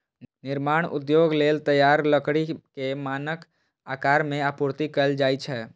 निर्माण उद्योग लेल तैयार लकड़ी कें मानक आकार मे आपूर्ति कैल जाइ छै